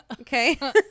Okay